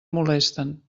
molesten